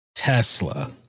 Tesla